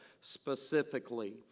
specifically